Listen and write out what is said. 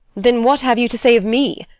then what have you to say of me?